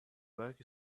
work